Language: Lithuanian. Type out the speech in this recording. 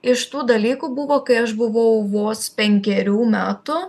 iš tų dalykų buvo kai aš buvau vos penkerių metų